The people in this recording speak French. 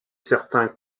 certains